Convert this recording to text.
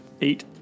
Eight